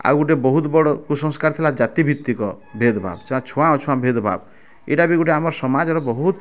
ଆଉ ଗୋଟେ ବହୁତ୍ ବଡ଼ କୁସଂସ୍କାର୍ ଥିଲା ଜାତିଭିତ୍ତିକ୍ ଭେଦ୍ଭାବ୍ ଯା ଛୁଆଁ ଅଛୁଆଁ ଭେଦ୍ଭାବ୍ ଇଟା ବି ଗୁଟେ ଆମର୍ ସମାଜ୍ର ବହୁତ୍